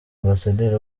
ambasaderi